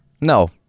no